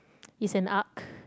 is an arc